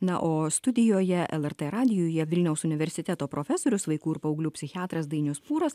na o studijoje lrt radijuje vilniaus universiteto profesorius vaikų ir paauglių psichiatras dainius pūras